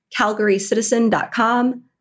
Calgarycitizen.com